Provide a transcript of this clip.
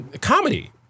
comedy